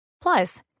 Plus